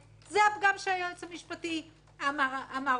זה הפגם שהיועץ המשפטי אמר אותו.